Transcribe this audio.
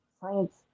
science